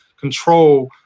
control